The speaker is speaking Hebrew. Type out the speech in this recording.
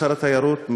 שר התיירות,